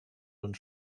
und